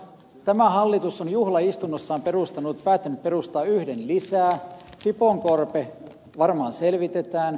tämä hallitus on juhlaistunnossaan päättänyt perustaa yhden lisää sipoonkorpi varmaan selvitetään